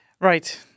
Right